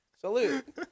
Salute